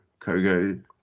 Kogo